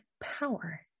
power